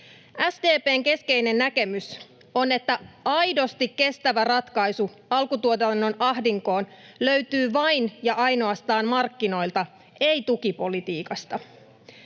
SDP:n keskeinen näkemys on, että aidosti kestävä ratkaisu alkutuotannon ahdinkoon löytyy vain ja ainoastaan markkinoilta, ei tukipolitiikasta.